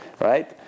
right